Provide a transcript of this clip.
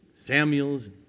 Samuel's